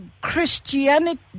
Christianity